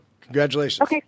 Congratulations